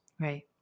Right